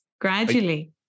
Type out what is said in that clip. gradually